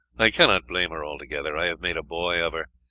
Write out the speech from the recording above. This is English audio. i cannot blame her altogether i have made a boy of her,